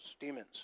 demons